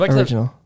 original